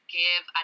give